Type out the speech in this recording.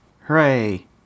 Hooray